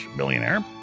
billionaire